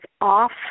off